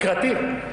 לקראתי.